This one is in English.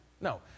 no